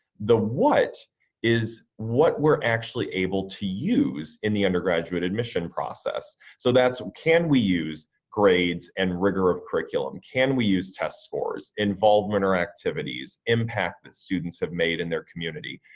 the what is what we're actually able to use in the undergraduate admission process. so that's what can we use grades and rigor of curriculum, can we use test scores, involvement or activities, impact the students have made in their community.